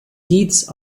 deeds